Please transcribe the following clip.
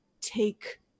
take